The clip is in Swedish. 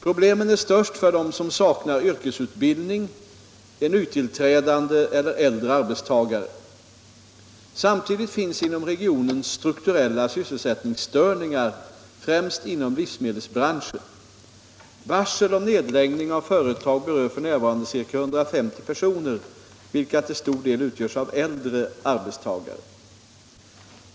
Problemen är störst för dem som saknar yrkesutbildning, är nytillträdande eller äldre arbetstagare. Samtidigt finns inom regionen strukturella sysselsättningsstörningar, främst inom livsmedelsbranschen. Varsel om nedläggning av företag berör f. n. ca 150 personer, vilka till stor del utgörs av äldre arbetstagare.